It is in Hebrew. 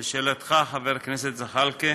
לשאלתך, חבר הכנסת זחאלקֶה,